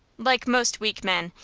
like most weak men,